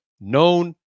known